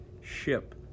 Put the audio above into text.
ship